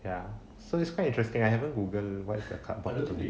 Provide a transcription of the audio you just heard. ya so it's quite interesting I haven't google what's the cardboard type